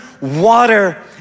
water